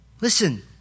Listen